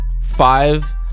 five